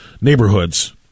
neighborhoods